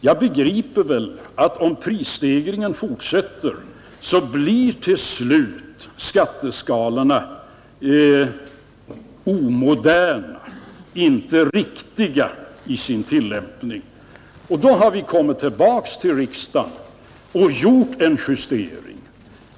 Jag begriper väl att om prisstegringen fortsätter blir skatteskalorna till slut omoderna, inte riktiga i sin tillämpning. Då har vi kommit tillbaka till riksdagen och gjort en justering.